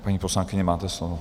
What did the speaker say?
Paní poslankyně, máte slovo.